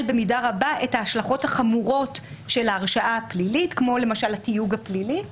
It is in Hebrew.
במידה רבה את ההשלכות החמורות של ההרשעה הפלילית כמו למשל התיוג הפלילי.